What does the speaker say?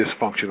dysfunctional